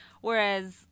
whereas